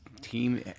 team